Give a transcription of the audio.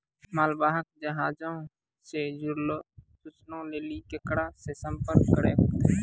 मालवाहक जहाजो से जुड़लो सूचना लेली केकरा से संपर्क करै होतै?